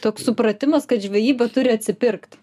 toks supratimas kad žvejyba turi atsipirkt